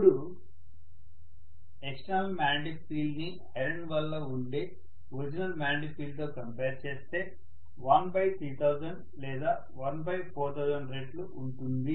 ఇపుడు external magnetic field ని iron వల్ల ఉండే ఒరిజినల్ మాగ్నెటిక్ ఫీల్డ్ తో కంపేర్ చేస్తే 13000 లేదా 14000 రెట్లు ఉంటుంది